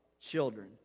children